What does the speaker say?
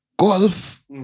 Golf